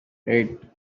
eight